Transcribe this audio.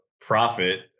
profit